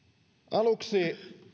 aluksi